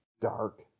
dark